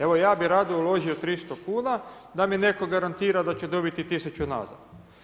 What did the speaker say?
Evo ja bih rado uložio 300 kuna da mi netko garantira da ću dobiti 1000 nazad.